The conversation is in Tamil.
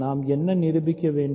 நாம் என்ன நிரூபிக்க வேண்டும்